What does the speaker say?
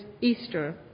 Easter